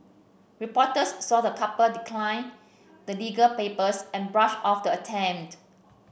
reporters saw the couple decline the legal papers and brush off the attempt